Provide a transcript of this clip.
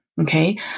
Okay